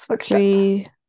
three